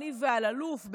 אני ואלאלוף,